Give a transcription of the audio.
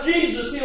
Jesus